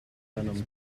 venom